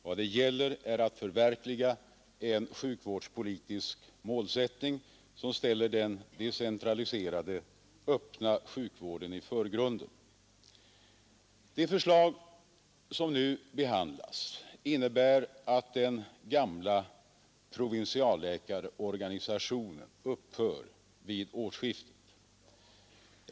Vad det gäller är att förverkliga en sjukvårdspolitisk målsättning, som ställer den decentraliserade öppna sjukvården i förgrunden. De förslag som nu behandlas innebär att den gamla provinsialläkarorganisationen upphör vid årsskiftet.